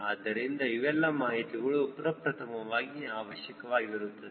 ಆದ್ದರಿಂದ ಇವೆಲ್ಲ ಮಾಹಿತಿಗಳು ಪ್ರಥಮವಾಗಿ ಅವಶ್ಯಕವಾಗಿರುತ್ತದೆ